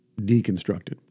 deconstructed